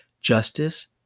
justice